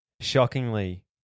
Shockingly